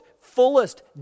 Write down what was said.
fullest